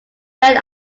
friend